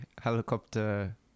helicopter